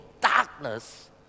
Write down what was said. darkness